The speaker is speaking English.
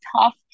tough